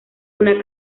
una